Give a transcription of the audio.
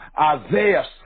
Isaiah